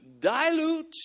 dilute